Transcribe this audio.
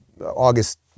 August